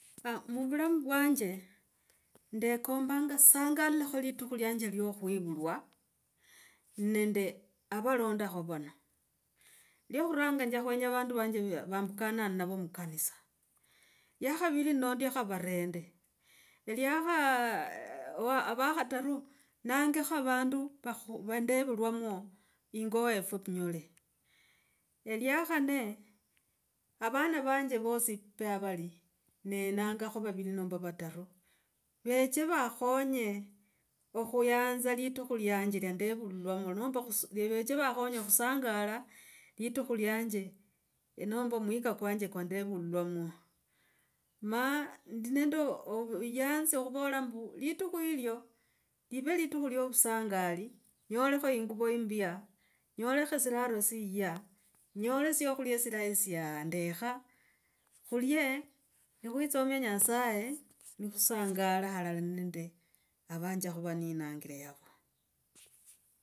Muvulamu vwanje ndekambanga esangalilekho litikhu lyanje iyo khwivulwa nende avolandakho vana. Lyo khuranga nja khwenya vandu vanje c vambukana navo. Mukanisa. Lya khaviri nondyekho varende. Lyakha c vakhataru, nangekho vandu va ndevolwamo yingo wefwe vunyole. lyakha nne avana vanje vosi pe avali, nela kho vavire nomba vataru veche vakhonye okhuyanza litukhu iyanje iya ndevulwamo, nomba veche vakhonye khusangala litukhu iyanje nomba omwika kwanje kwa ndevulwamo ma ndi nende ovuyanzi okhuvola mbu, litukhu yilyo live litukhu iyo ovusangali, nyolekho yinguvo imbya, nyolekho silaro siya, nyolekho syakhula silayi syandekha, khulie ni khwitsomia nyasaye, nikhusangala halala nende avanja khuva ninangire yavo.